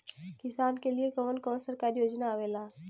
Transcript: किसान के लिए कवन कवन सरकारी योजना आवेला?